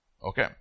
Okay